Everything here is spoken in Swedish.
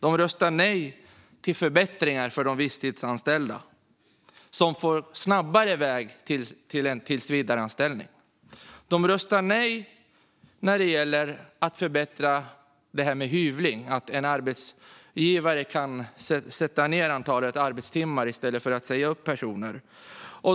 De röstar nej till förbättringar för de visstidsanställda som får en snabbare väg till en tillsvidareanställning. De röstar nej till att förbättra det här med hyvling, alltså att en arbetsgivare kan sätta ned antalet arbetstimmar i stället för att säga upp personer.